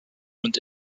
und